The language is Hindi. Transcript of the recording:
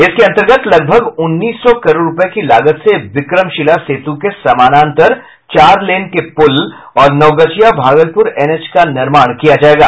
इसके अंतर्गत लगभग उन्नीस सौ करोड़ रूपये की लागत से विक्रमशिला सेतु के समानांतर चारलेन के पुल और नवगछिया भागलपुर एनएच का निर्माण किया जायेगा